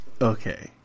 Okay